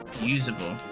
usable